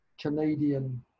canadian